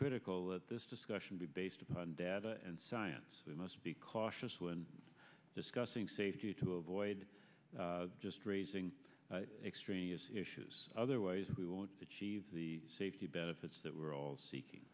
critical that this discussion be based upon data and science we must be cautious when discussing safety to avoid just raising extraneous issues otherwise we won't achieve the safety benefits that we're all seeking